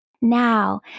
Now